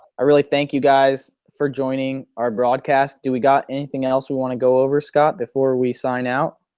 i really thank you guys for joining our broadcast. do we got anything else we want to go over scott before we sign out?